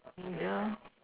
yeah